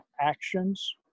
actions